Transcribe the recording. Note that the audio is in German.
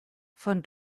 von